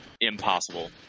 impossible